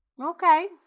Okay